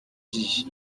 dit